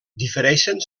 difereixen